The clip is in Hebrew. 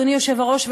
אדוני היושב-ראש,